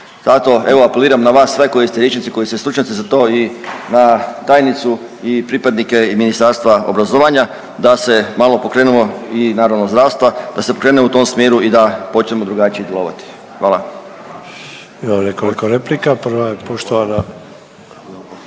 Zato evo apeliram na vas sve koji ste liječnici i koji ste stručnjaci za to i na tajnicu i pripadnike i Ministarstva obrazovanja da se malo pokrenemo i naravno zdravstva, da se krene u tom smjeru i da počnemo drugačije djelovati, hvala.